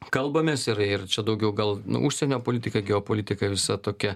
kalbamės ir ir čia daugiau gal nu užsienio politika geopolitika visa tokia